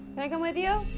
can i come with you?